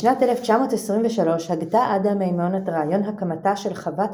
בשנת 1923 הגתה עדה מימון את רעיון הקמתה של חוות